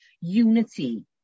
unity